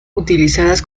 utilizadas